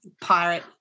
pirate